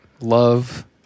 love